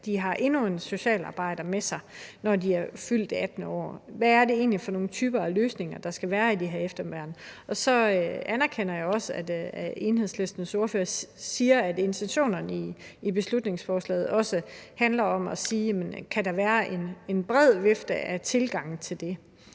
de har endnu en socialarbejder med sig, når de er fyldt 18 år; hvad er det egentlig for nogle typer af løsninger, der skal være i de her efterværn? Så anerkender jeg også, at Enhedslistens ordfører siger, at intentionerne i beslutningsforslaget også handler om at sige: Kan der være en bred vifte af tilgange til det?